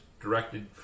directed